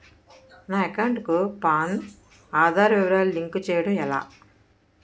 నా అకౌంట్ కు పాన్, ఆధార్ వివరాలు లింక్ చేయటం ఎలా?